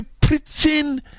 preaching